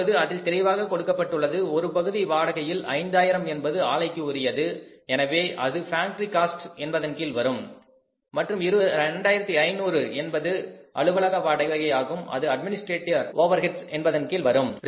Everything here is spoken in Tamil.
இப்பொழுது அதில் தெளிவாக கொடுக்கப்பட்டுள்ளது ஒரு பகுதி வாடகையில் ஐந்தாயிரம் என்பது ஆலைக்கு உரியது எனவே அது ஃபேக்டரி காஸ்ட் என்பதன் கீழ் வரும் மற்றும் 2500 என்பது அலுவலக வாடகை ஆகும் அது அட்மினிஸ்ட்ரேட்டிவ் ஓவர் ஹெட்ஸ் என்பதன் கீழ் வரும்